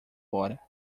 fora